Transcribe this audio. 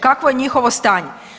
Kakvo je njihovo stanje?